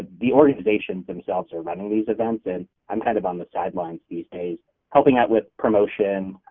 the organization's themselves are running these events and i'm kind of on the sidelines these days helping out with promotion,